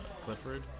Clifford